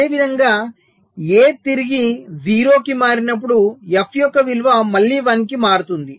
అదేవిధంగా A తిరిగి 0 కి మారినప్పుడు f యొక్క విలువ మళ్ళీ 1 కి మారుతుంది